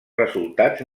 resultats